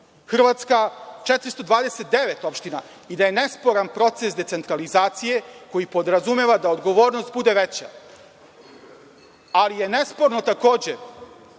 Hrvatska 429 opština i da je nesporan proces decentralizacije koji podrazumeva da odgovornost bude veća. Ali je nesporno takođe